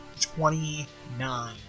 Twenty-nine